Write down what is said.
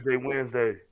Wednesday